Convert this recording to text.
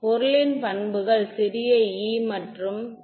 பொருளின் பண்புகள் சிறிய e மற்றும் சிறிய h வழியாக மாறிவிட்டன